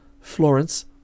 Florence